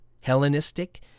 Hellenistic